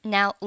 Now